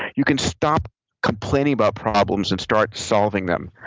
you can stop complaining about problems and start solving them.